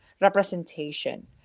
representation